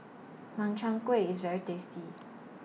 Makchang Gui IS very tasty